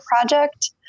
Project